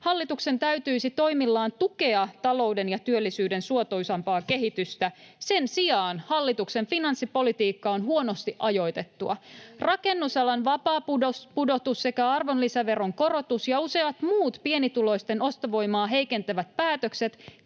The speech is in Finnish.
Hallituksen täytyisi toimillaan tukea talouden ja työllisyyden suotuisampaa kehitystä. Sen sijaan hallituksen finanssipolitiikka on huonosti ajoitettua: rakennusalan vapaa pudotus sekä arvonlisäveron korotus ja useat muut pienituloisten ostovoimaa heikentävät päätökset